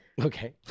Okay